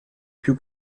più